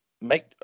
make